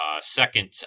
second